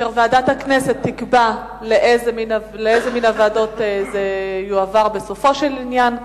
כאשר ועדת הכנסת תקבע לאיזו מן הוועדות הנושא יועבר בסופו של עניין.